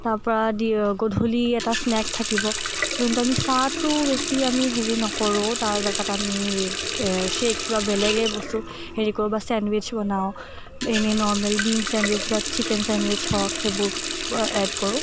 তাৰপৰা দি গধূলি এটা স্নেক থাকিব যোনটো আমি চাহটো বেছি আমি হেৰি নকৰোঁ তাৰ জেগাত আমি ছেইক্স বা বেলেগেই বস্তু হেৰি কৰোঁ বা ছেণ্ডউইজ বনাওঁ এনেই নৰ্মেল ডিম ছেণ্ডউইজ বা চিকেন ছেণ্ডউইজ হওক সেইবোৰ অ এড কৰোঁ